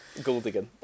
Goldigan